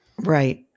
right